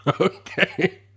Okay